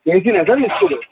ఎయిటీనా sir మీ school